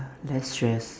less stress